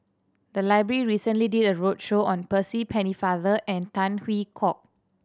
the library recently did a roadshow on Percy Pennefather and Tan Hwee Hock